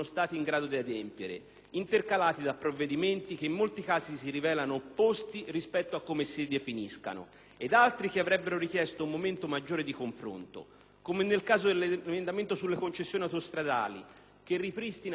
intercalate da provvedimenti che in molti casi si rivelano opposti rispetto a come si definiscono e altri che avrebbero richiesto un momento maggiore di confronto. È il caso dell'emendamento sulle concessioni autostradali, che ripristina *sic et simpliciter*